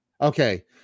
Okay